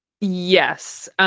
Yes